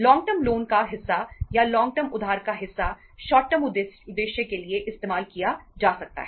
long term loan का हिस्सा या लॉन्ग टर्म उधार का हिस्सा शॉर्ट टर्म उद्देश्य के लिए इस्तेमाल किया जा सकता है